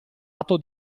atto